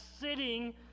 sitting